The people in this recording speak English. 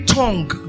tongue